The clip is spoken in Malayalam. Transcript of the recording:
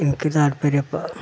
എനിക്ക് താത്പര്യപ്പാ